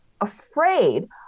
afraid